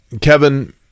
Kevin